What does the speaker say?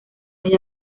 hay